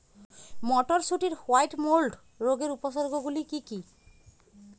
মটরশুটির white mould রোগের উপসর্গগুলি কী কী?